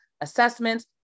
assessments